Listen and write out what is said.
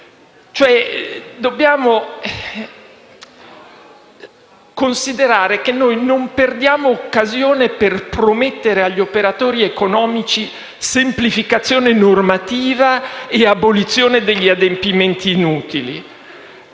vecchia stagione. Noi non perdiamo occasione per promettere agli operatori economici semplificazione normativa e abolizione degli adempimenti inutili.